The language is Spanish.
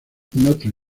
notre